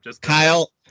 Kyle